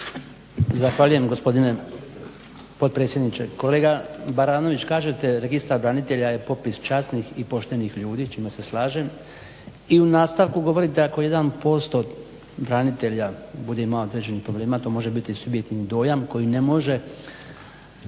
Zahvaljujem gospodine potpredsjedniče. Kolega Baranović kažete Registar branitelja je popis časnih i poštenih ljudi s čime se slažem i u nastavku govorite ako 1% branitelja bude imao određenih problema to može biti subjektivni dojam koji ne može